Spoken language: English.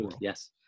Yes